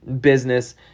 business